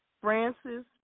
Francis